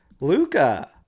Luca